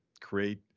create